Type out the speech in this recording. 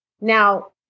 Now